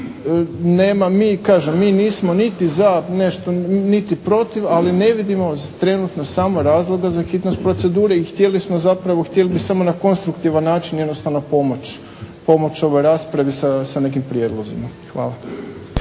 mi nismo niti za nešto, niti protiv. Ali ne vidimo trenutno samo razloga za hitnost procedure i htjeli smo zapravo, htjeli bi samo na konstruktivan način jednostavno pomoći ovoj raspravi sa nekim prijedlozima.